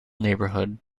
neighborhood